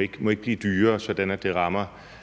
ikke må blive dyrere, sådan at det rammer